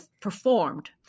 performed